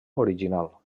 original